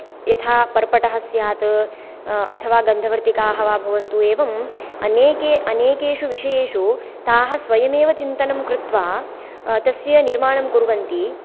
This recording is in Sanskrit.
यथा पर्पटः स्यात् अथवा गन्धवर्तिकाः वा भवन्तु एवं अनेके अनेकेषु विषयेषु ताः स्वयमेव चिन्तनं कृत्वा तस्य निर्माणं कुर्वन्ति